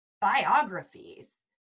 biographies